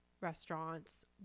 restaurants